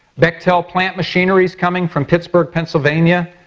bechtel plant machinery is coming from pittsburgh, pennsylvania.